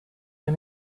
ihr